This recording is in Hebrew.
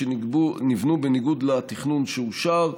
שנבנו בניגוד לתכנון שאושר.